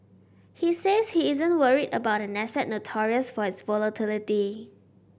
he says he isn't worried about an asset notorious for its volatility